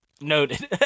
noted